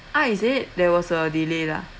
ah is it there was a delay lah